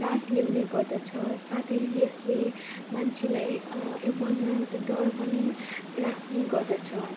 त्रास ल्याउने गर्दछ साथै यसले मान्छेलाई मनमा एउटा डर पनि राख्ने गर्दछ